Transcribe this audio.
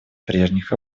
прежних